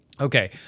Okay